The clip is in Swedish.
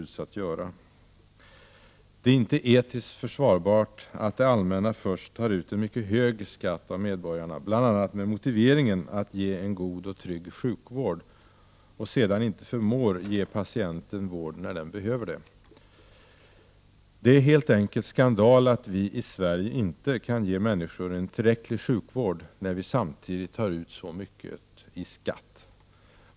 Det är inte etiskt försvarbart att det allmänna först tar ut en mycket hög skatt av medborgarna, bl.a. med motiveringen att ge en god och trygg sjukvård, och sedan inte förmår ge patienten vård när den behövs. Det är helt enkelt skandal att vi i Sverige inte kan ge människor en tillräcklig sjukvård, när vi samtidigt tar ut så mycket i skatt.